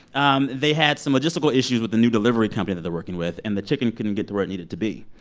um they had some logistical issues with the new delivery company that they're working with, and the chicken couldn't get to where it needed to be.